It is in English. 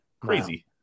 Crazy